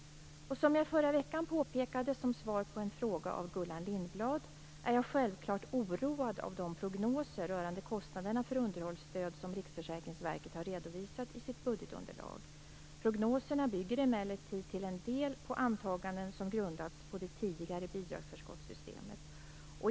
Som jag i förra veckan påpekade, som svar på en fråga av Gullan Lindblad, är jag självklart oroad av de prognoser rörande kostnaderna för underhållsstöd som Riksförsäkringsverket har redovisat i sitt budgetunderlag. Prognoserna bygger emellertid till en del på antaganden som grundas på det tidigare bidragsförskottssystemet.